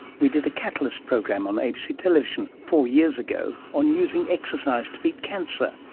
we did a catalyst program on abc television four years ago on using exercise to beat cancer.